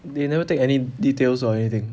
they never take any details or anything